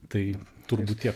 tai turbūt tiek